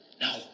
No